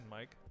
Mike